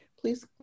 please